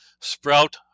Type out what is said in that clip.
sprout